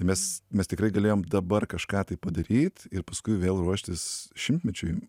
mes mes tikrai galėjom dabar kažką tai padaryt ir paskui vėl ruoštis šimtmečiui